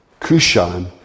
Kushan